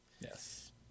Yes